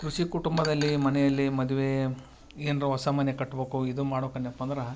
ಕೃಷಿ ಕುಟುಂಬದಲ್ಲಿ ಮನೆಯಲ್ಲಿ ಮದುವೆ ಏನಾರ ಹೊಸ ಮನೆ ಕಟ್ಬಬೇಕು ಇದು ಮಾಡ್ಬೇಕನ್ಯಪ್ಪ ಅಂದ್ರ